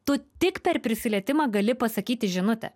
tu tik per prisilietimą gali pasakyti žinutę